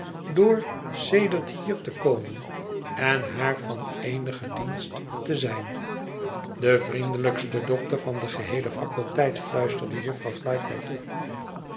door sedert hier te komen en haar van eenigen dienst te zijn de vriendelijkste dokter van de geheele faculteit fluisterde jufvrouw flite mij toe